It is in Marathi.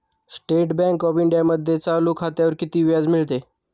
स्टेट बँक ऑफ इंडियामध्ये चालू खात्यावर किती व्याज मिळते?